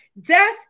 Death